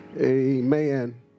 Amen